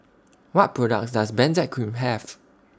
What products Does Benzac Cream Have